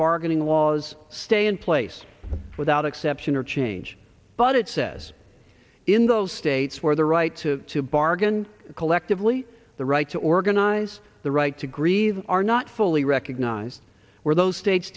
bargaining laws stay in place without exception or change but it says in those states where the right to bargain collectively the right to organize the right to grieve are not fully recognized where those states